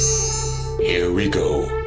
here we go.